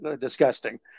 disgusting